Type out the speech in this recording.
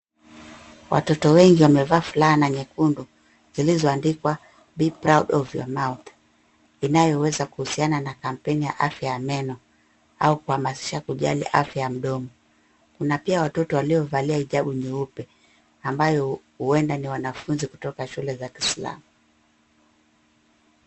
Watoto wengi wamevaa fulana nyekundu, zilizoandikwa, be proud of your mouth inayoweza kuhusina na kapeni ya afya ya meno, au kuhamasisha kujali afya ya mdomo. Kuna pia watoto waliovalia hijabu nyeupe, ambayo huenda ni wanafunzi, kutoka shule za kiisilamu.